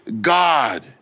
God